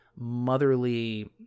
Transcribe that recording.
motherly